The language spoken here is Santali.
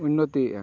ᱩᱱᱱᱚᱛᱤᱭᱮᱜᱼᱟ